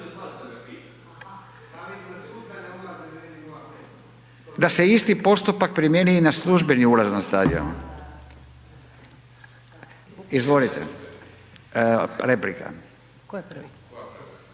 Da se isti postupak primijeni i na službeni ulaz na stadion. Izvolite, replika. Replika